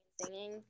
singing